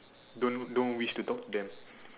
don't don't wish to talk to them